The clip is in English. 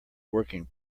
working